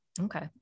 Okay